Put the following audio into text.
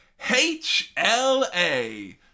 HLA